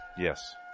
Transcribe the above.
Yes